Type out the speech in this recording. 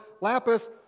lapis